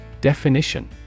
Definition